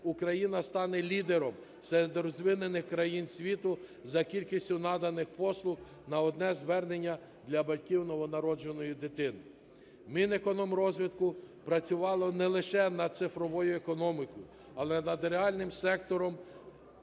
Україна стане лідером серед розвинутих країн світу за кількістю наданих послуг на одне звернення для батьків новонародженої дитини. Мінекономрозвитку працювало не лише над цифровою економікою, але й над реальним сектором: